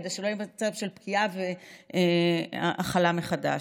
כדי שלא יהיה מצב של פקיעה והחלה מחדש.